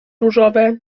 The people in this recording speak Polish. różowe